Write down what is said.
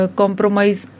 compromise